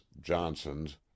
Johnson's